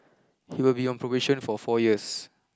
he will be on probation for four years